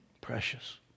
Precious